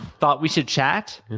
thought we should chat,